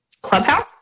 Clubhouse